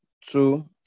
two